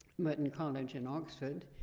merton college in oxford,